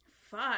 fuck